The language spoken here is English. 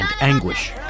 anguish